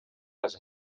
les